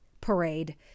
parade